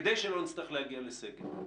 כדי שלא נצטרך להגיע לסגר?